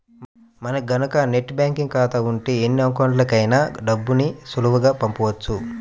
మనకి గనక net banking ఖాతా ఉంటే ఎన్ని అకౌంట్లకైనా డబ్బుని సులువుగా పంపొచ్చు